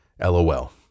LOL